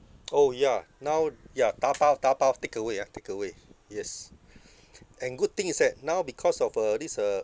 orh ya now ya tapao tapao takeaway ya takeaway yes and good thing is that now because of uh this uh